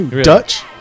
Dutch